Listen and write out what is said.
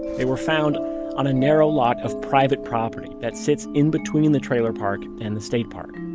they were found on a narrow lot of private property that sits in between the trailer park and the state park